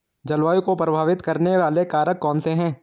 जलवायु को प्रभावित करने वाले कारक कौनसे हैं?